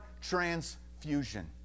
transfusion